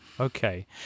Okay